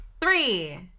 three